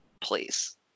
Please